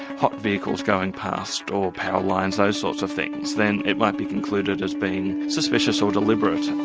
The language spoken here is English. hot vehicles going past, or power lines those sorts of things then it won't be concluded as being suspicious or deliberate.